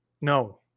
No